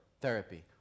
therapy